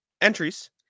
entries